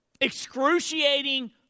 excruciating